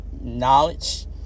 knowledge